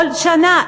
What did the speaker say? כל שנה.